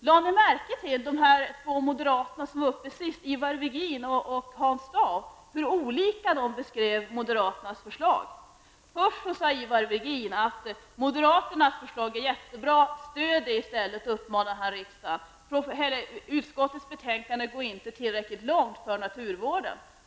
Lade ni märke till hur olika de båda moderater som senast var uppe i debatten, Ivar Virgin och Hans Dau, beskrev moderaternas förslag? Först sade Ivar Virgin att moderaternas förslag är jättebra. Stöd det! uppmanade han riksdagsledamöterna och tillade att utskottets förslag inte går tillräckligt långt för naturvården.